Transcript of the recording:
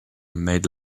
made